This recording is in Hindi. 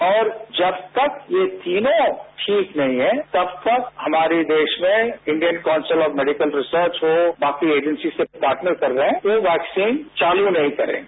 और जब तक यह तीनों ठीक नही हैं तब तक हमारे देश में Indian Council of Medical Research जो बाकी एजेन्सी से पार्टनर कर रहे हैं तो वैक्सीन चालू नहीं करेंगे